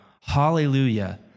Hallelujah